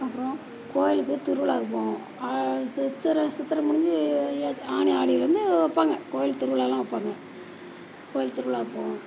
அப்புறோம் கோயிலுக்கு திருவிழாவுக்கு போவோம் சித்திரை சித்திரை முடிஞ்சு வைகாசி ஆனி ஆடியிலேருந்து வைப்பாங்க கோயில் திருவிழாலாம் வைப்பாங்க கோயில் திருவிழாக்கு போவோம்